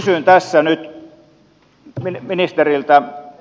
kysyn tässä nyt ministeriltä